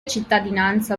cittadinanza